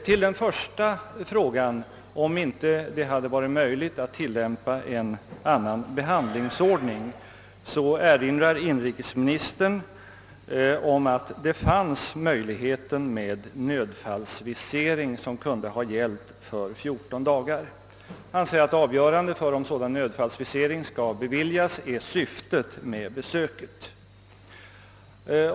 Till den första frågan, om det inte hade varit möjligt att tillämpa en annan behandlingsordning, erinrar inrikesministern om att det fanns möjligheten med nödfallsvisering, som kunde ha gällt för 14 dagar. Inrikesministern säger att avgörande för om sådan nödfallsvisering skall beviljas är syftet med besöket.